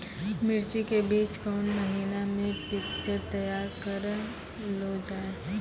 मिर्ची के बीज कौन महीना मे पिक्चर तैयार करऽ लो जा?